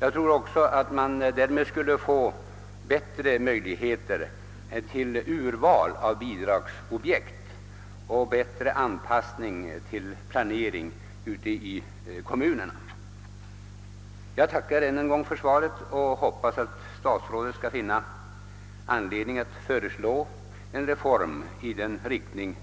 Jag tror också att man därmed skulle få större möjligheter till urval av bidragsobjekt och bättre anpassning till planering ute i kommunerna. Jag tackar än en gång för svaret och hoppas att statsrådet skall finna anledning att föreslå en reform i den riktning